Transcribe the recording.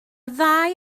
ddau